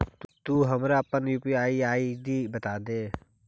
तु हमरा अपन यू.पी.आई आई.डी बतादे